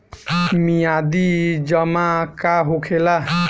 मियादी जमा का होखेला?